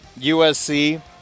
USC